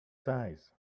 size